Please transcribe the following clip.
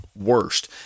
worst